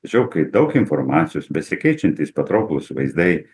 tačiau kai daug informacijos besikeičiantys patrauklūs vaizdai